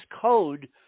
code